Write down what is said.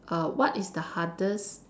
err what is the hardest